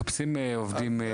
מחפשים עובדים במגזרים שלנו.